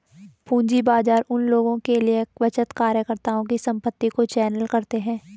पूंजी बाजार उन लोगों के लिए बचतकर्ताओं की संपत्ति को चैनल करते हैं